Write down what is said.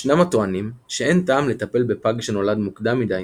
ישנם הטוענים שאין טעם לטפל בפג שנולד מוקדם מדי